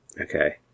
Okay